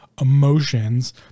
emotions